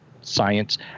science